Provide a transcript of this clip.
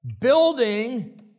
Building